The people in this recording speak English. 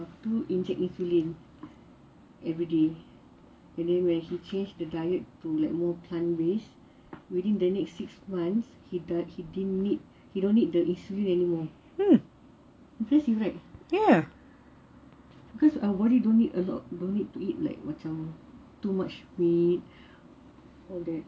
inject insulin everyday and then when he changed the diet to like plant based within the next six months he didn't need he don't need the insulin anymore so it's like our body got a lot of like macam too much meat from then